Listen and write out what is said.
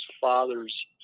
father's